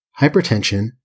hypertension